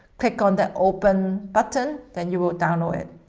click on the open button, then you will download it.